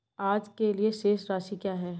आज के लिए शेष राशि क्या है?